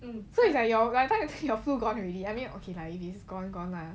um so it's like your your by that time your flu gone already I mean it's like okay if it's gone gone lah